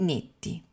Netti